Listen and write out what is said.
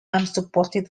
unsupported